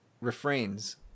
refrains